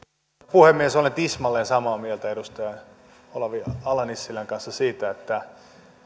puhemies olen tismalleen samaa mieltä edustaja olavi ala nissilän kanssa siitä että